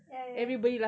ya ya ya